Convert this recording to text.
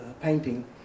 painting